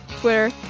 Twitter